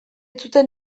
zuten